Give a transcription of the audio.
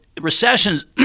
recessions